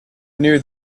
knew